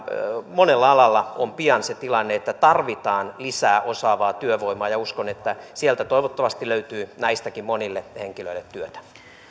monella alalla on pian se tilanne että tarvitaan lisää osaavaa työvoimaa ja uskon että sieltä toivottavasti löytyy näistäkin monille henkilöille työtä